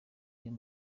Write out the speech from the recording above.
uyu